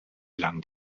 lang